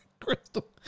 Crystal